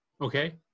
Okay